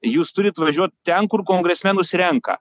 jūs turit važiuot ten kur kongresmenus renka